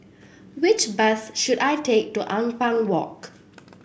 which bus should I take to Ampang Walk